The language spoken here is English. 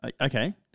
Okay